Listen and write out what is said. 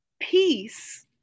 Peace